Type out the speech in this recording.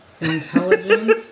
intelligence